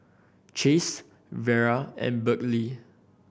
Chase Vera and Berkley